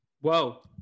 Whoa